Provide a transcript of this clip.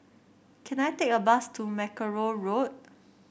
can I take a bus to Mackerrow Road